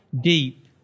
deep